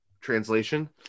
translation